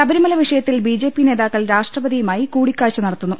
ശബരിമല വിഷയത്തിൽ ബിജെപി നേതാക്കൾ രാഷ്ട്രപതിയുമായി കൂടിക്കാഴ്ച നടത്തുന്നു